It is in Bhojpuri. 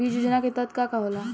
बीज योजना के तहत का का होला?